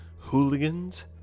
hooligans